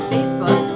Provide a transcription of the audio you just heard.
Facebook